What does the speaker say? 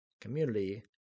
Community